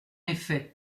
effet